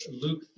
Luke